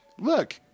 Look